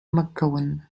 mcgowan